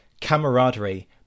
camaraderie